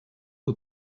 que